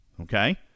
Okay